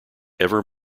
ever